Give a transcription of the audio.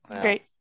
great